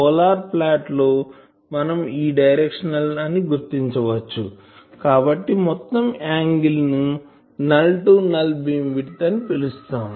polar plot లో మనం ఈ డైరెక్షన్ నల్ అని గుర్తించవచ్చు కాబట్టి మొత్తం యాంగిల్ ను null to null beam width అని పిలుస్తాం